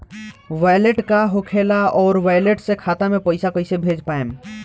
Wallet का होखेला और वैलेट से खाता मे पईसा कइसे भेज पाएम?